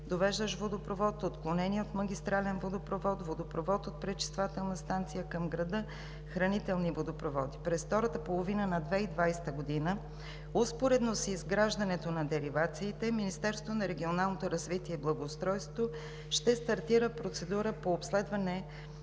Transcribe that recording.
довеждащ водопровод; отклонения от магистрален водопровод; водопровод от пречиствателната станция към града; хранителни водопроводи. През втората половина на 2020 г. успоредно с изграждането на деривациите Министерството на регионалното развитие и благоустройството ще стартира процедура по обследване на